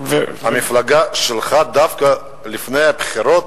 דווקא המפלגה שלך הרימה לפני הבחירות